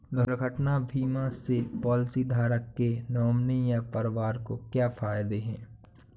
दुर्घटना बीमा से पॉलिसीधारक के नॉमिनी या परिवार को क्या फायदे हैं?